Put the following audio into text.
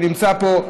שנמצא פה,